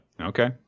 Okay